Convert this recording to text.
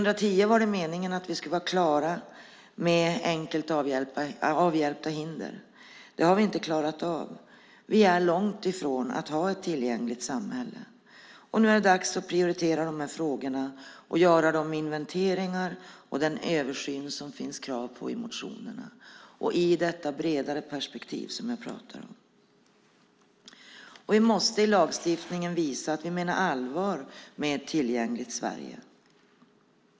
Det var meningen att vi 2010 skulle vara klara med enkelt avhjälpta hinder. Det har vi inte klarat av. Vi är långt ifrån ett tillgängligt samhälle. Nu är det dags att prioritera dessa frågor och att göra de inventeringar och den översyn som det finns krav på i motionerna. Och det ska göras i detta bredare perspektiv som jag pratar om. Vi måste i lagstiftningen visa att vi menar allvar med ett tillgängligt Sverige.